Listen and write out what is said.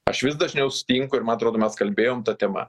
aš vis dažniau sutinku ir man atrodo mes kalbėjom ta tema